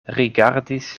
rigardis